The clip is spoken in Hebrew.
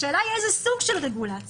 השאלה היא איזה סוג של רגולציה.